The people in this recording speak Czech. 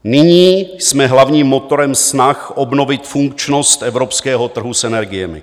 Nyní jsme hlavním motorem snah obnovit funkčnost evropského trhu s energiemi.